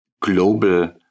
global